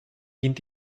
dient